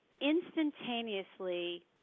instantaneously